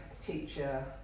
teacher